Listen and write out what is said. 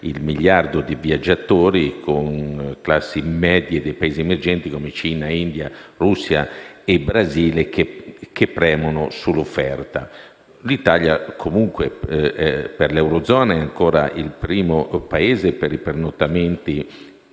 il miliardo di viaggiatori, con le classi medie dei Paesi emergenti come Cina, India, Russia e Brasile che premono sull'offerta. L'Italia è comunque nell'Eurozona il primo Paese per numero di pernottamenti